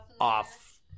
off